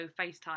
FaceTime